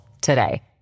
today